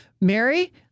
Mary